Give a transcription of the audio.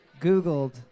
Googled